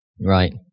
Right